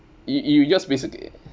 you you just basically